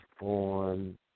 on